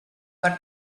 per